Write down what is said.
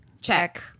check